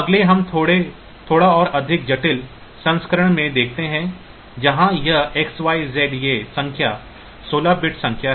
तो अगले हम थोड़ा और अधिक जटिल संस्करण में देखते हैं जहां यह XYZ ये संख्या 16 बिट संख्या है